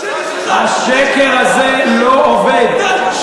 השקר הזה לא עובד.